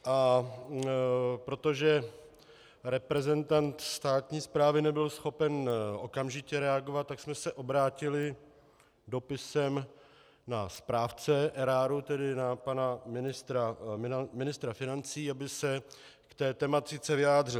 A protože reprezentant státní správy nebyl schopen okamžitě reagovat, tak jsme se obrátili dopisem na správce eráru, tedy na pana ministra financí, aby se k té tematice vyjádřil.